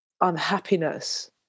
unhappiness